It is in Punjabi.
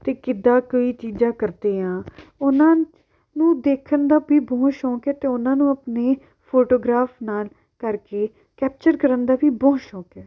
ਅਤੇ ਕਿੱਦਾਂ ਕੋਈ ਚੀਜ਼ਾਂ ਕਰਦੇ ਆ ਉਹਨਾਂ ਨੂੰ ਦੇਖਣ ਦਾ ਵੀ ਬਹੁਤ ਸ਼ੌਂਕ ਹੈ ਅਤੇ ਉਹਨਾਂ ਨੂੰ ਆਪਣੇ ਫੋਟੋਗ੍ਰਾਫ ਨਾਲ ਕਰਕੇ ਕੈਪਚਰ ਕਰਨ ਦਾ ਵੀ ਬਹੁਤ ਸ਼ੋਕ ਹੈ